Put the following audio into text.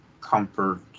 comfort